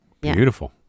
Beautiful